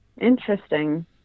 interesting